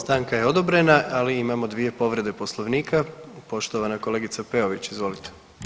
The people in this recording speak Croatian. Stanka je odobrena, ali imamo dvije povrede Poslovnika, poštovana kolegica Peović, izvolite.